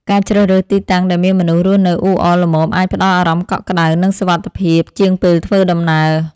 ការជ្រើសរើសទីតាំងដែលមានមនុស្សរស់នៅអ៊ូអរល្មមអាចផ្តល់អារម្មណ៍កក់ក្តៅ និងសុវត្ថិភាពជាងពេលធ្វើដំណើរ។